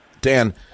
dan